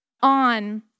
on